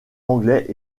anglais